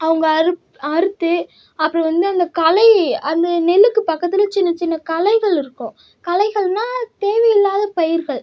அவங்க அறு அறுத்து அப்புறம் வந்து அந்த களை அந்த நெல்லுக்கு பக்கத்தில் சின்ன சின்ன களைகள் இருக்கும் களைகளென்னா தேவை இல்லாத பயிர்கள்